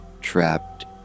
trapped